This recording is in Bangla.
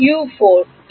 ছাত্র U4